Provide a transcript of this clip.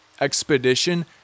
expedition